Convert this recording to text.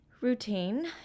Routine